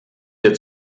wir